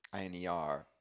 INER